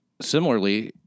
Similarly